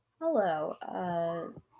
Hello